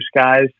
skies